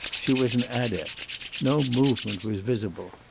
she was an adept no movement was visible,